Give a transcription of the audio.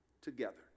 together